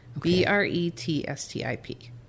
B-R-E-T-S-T-I-P